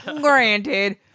granted